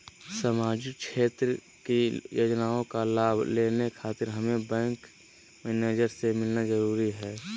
सामाजिक क्षेत्र की योजनाओं का लाभ लेने खातिर हमें बैंक मैनेजर से मिलना जरूरी है?